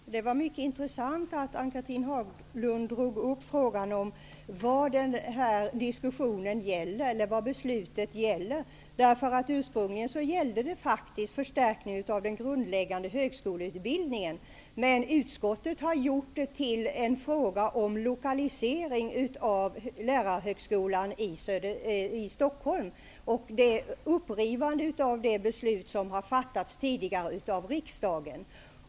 Fru talman! Det var mycket intressant att Ann Cathrine Haglund tog upp frågan om vad diskussionen gäller. Ursprungligen gällde diskussionen förstärkning av den grundläggande högskoleutbildningen, men utskottet har gjort diskussionen till en fråga om lokalisering av Lärarhögskolan i Stockholm. Det är ett upprivande av här i riksdagen tidigare fattat beslut.